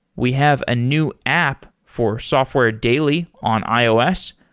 we have a new app for software daily on ios.